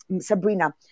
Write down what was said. Sabrina